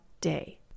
day